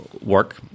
work